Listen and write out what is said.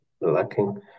Lacking